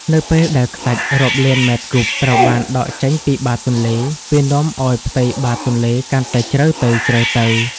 នៅពេលដែលខ្សាច់រាប់លានម៉ែត្រគូបត្រូវបានដកចេញពីបាតទន្លេ វានាំឱ្យផ្ទៃបាតទន្លេកាន់តែជ្រៅទៅៗ